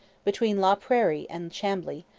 between la prairie and chambly,